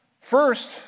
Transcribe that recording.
First